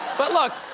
but look,